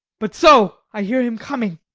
but, so, i hear him coming.